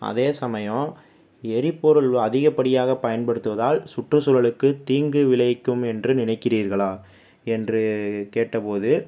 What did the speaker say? அதேசமயம் எரிபொருள் அதிகப்படியாக பயன்படுத்துவதால் சுற்றுச்சூழலுக்கு தீங்கு விளைவிக்கும் என்று நினைக்கிறீர்களா என்று கேட்டபோது